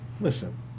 Listen